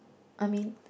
I mean